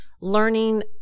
learning